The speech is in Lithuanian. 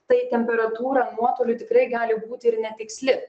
tai temperatūra nuotoliu tikrai gali būti ir netiksli